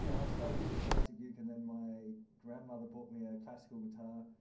yeah i started with a plastic uke and then my grandmother bought me a classical guitar